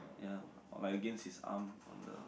ya like against his arm on the